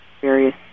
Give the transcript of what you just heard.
various